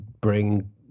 bring